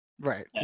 right